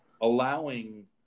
allowing